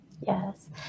Yes